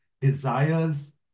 Desires